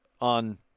on